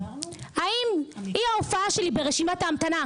האם אי ההופעה שלי ברשימת ההמתנה,